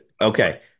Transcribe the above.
Okay